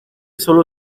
solo